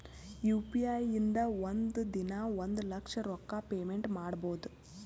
U P I ಇಂದ ಒಂದ್ ದಿನಾ ಒಂದ ಲಕ್ಷ ರೊಕ್ಕಾ ಪೇಮೆಂಟ್ ಮಾಡ್ಬೋದ್